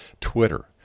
Twitter